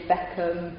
Beckham